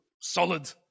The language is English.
solid